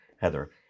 Heather